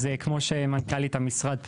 כמו שסיפרה פה מנכ"לית המשרד,